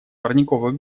парниковых